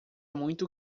muito